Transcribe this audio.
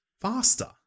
faster